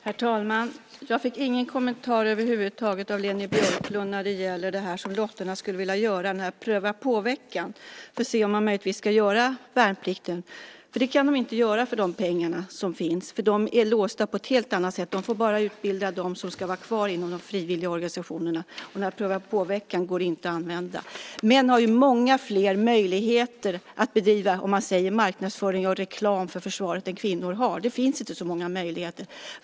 Herr talman! Jag fick ingen kommentar över huvud taget av Leni Björklund när det gäller det här som Lottorna skulle vilja göra, den här prova-på-veckan för att se om man möjligtvis ska göra värnplikten. Det kan de inte göra för de pengar som finns, för de är låsta på ett helt annat sätt. Man får bara utbilda dem som ska vara kvar inom frivilligorganisationerna. Pengarna kan inte användas till någon prova-på-vecka. Män har många fler möjligheter att så att säga bedriva marknadsföring och reklam för försvaret än vad kvinnor har. Det finns inte så många möjligheter.